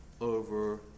over